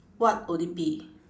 what would it be